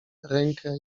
rękę